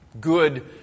good